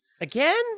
Again